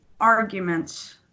arguments